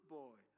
boy